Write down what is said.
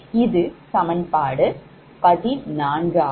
இது சமன்பாடு 14 ஆகும்